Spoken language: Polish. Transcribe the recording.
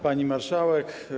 Pani Marszałek!